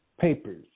Papers